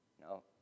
No